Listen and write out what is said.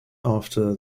after